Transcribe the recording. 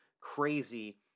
crazy